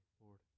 Lord